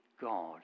God